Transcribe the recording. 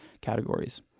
categories